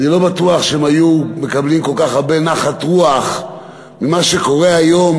אני לא בטוח שהם היו מקבלים כל כך הרבה נחת רוח ממה שקורה היום,